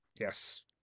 yes